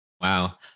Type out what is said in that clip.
Wow